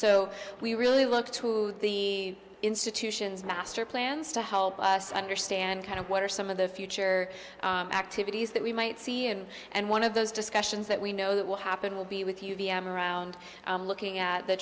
so we really look to the institutions master plans to help us understand kind of what are some of the future activities that we might see and and one of those discussions that we know that will happen will be with you v m around looking at the